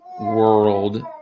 world